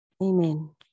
Amen